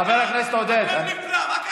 אתה חבר שלי, לא נעים לי לתקוף אותך.